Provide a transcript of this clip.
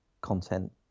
content